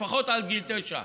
לפחות עד גיל תשע,